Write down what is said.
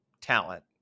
talent